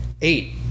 Eight